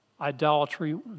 idolatry